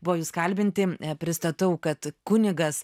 buvo jus kalbinti pristatau kad kunigas